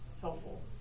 helpful